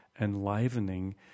enlivening